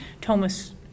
Thomas